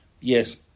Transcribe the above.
Yes